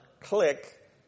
click